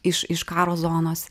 iš iš karo zonos